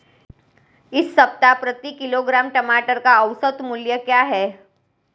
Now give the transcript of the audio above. इस सप्ताह प्रति किलोग्राम टमाटर का औसत मूल्य क्या है?